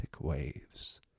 waves